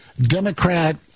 Democrat